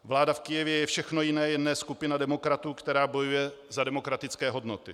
Vláda v Kyjevě je všechno jiné, jen ne skupina demokratů, která bojuje za demokratické hodnoty.